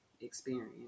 experience